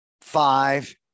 five